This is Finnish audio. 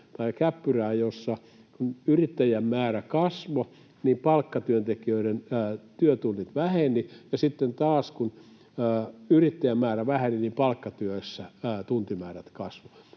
käppyrää, jossa kun yrittäjien määrä kasvoi, niin palkkatyöntekijöiden työtunnit vähenivät, ja sitten taas kun yrittäjien määrä väheni, niin palkkatyössä tuntimäärät kasvoivat.